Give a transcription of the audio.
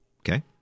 Okay